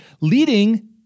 Leading